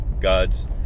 God's